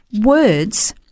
words